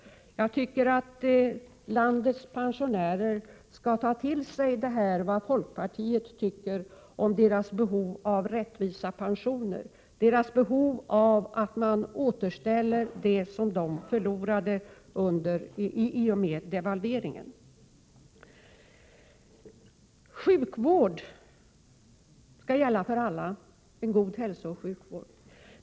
Jag tycker att landets pensionärer skall ta till sig vad folkpartiet anser om deras behov av rättvisa pensioner, deras behov av att man återställer vad de förlorade i och med devalveringen för ett antal år sedan. En god hälsooch sjukvård skall gälla för alla.